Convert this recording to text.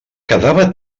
quedava